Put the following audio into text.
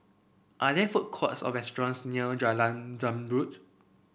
are there food courts or restaurants near Jalan Zamrud